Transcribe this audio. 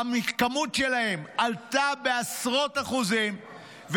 הכמות שלהם עלתה בעשרות אחוזים,